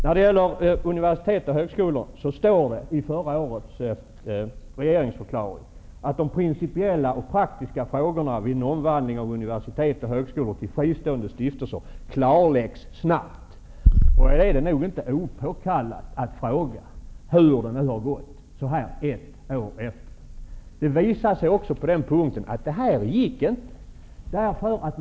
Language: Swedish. När det gäller universitet och högskolor står det i förra årets regeringsförklaring att de principiella och praktiska frågorna vid en omvandling av universitet och högskolor till fristående stiftelser klarläggs snabbt. Då är det inte opåkallat att fråga hur det nu har gått så här ett år efteråt. På den punkten visar det sig också att det inte fungerade.